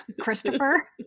Christopher